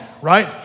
right